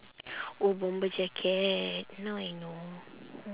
oh bomber jacket now I know